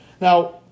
Now